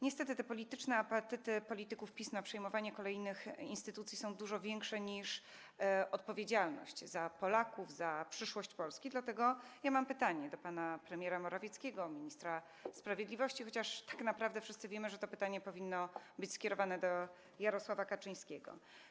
Niestety te polityczne apetyty polityków PiS na przejmowanie kolejnych instytucji są dużo większe niż odpowiedzialność za Polaków, za przyszłość Polski, dlatego mam pytanie do pana premiera Morawieckiego, ministra sprawiedliwości, chociaż tak naprawdę wszyscy wiemy, że to pytanie powinno być skierowane do Jarosława Kaczyńskiego.